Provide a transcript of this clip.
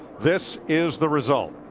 this is the result.